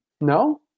No